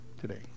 today